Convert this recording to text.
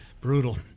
Brutal